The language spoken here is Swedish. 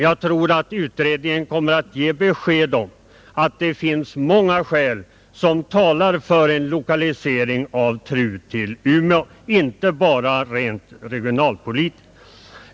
Jag tror att utredningen kommer att ge besked om att det finns många skäl som talar för en lokalisering av TRU till Umeå — inte bara rent regionalpolitiska.